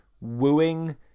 wooing